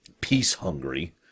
peace-hungry